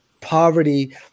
poverty